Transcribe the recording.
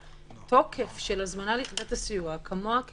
שהתוקף של ההזמנה ליחידת הסיוע, כמוהו